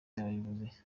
abayobozi